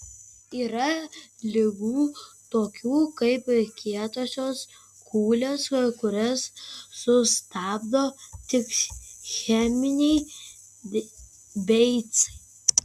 yra ligų tokių kaip kietosios kūlės kurias sustabdo tik cheminiai beicai